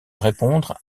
répondre